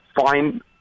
fine